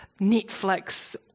Netflix